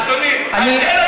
אני,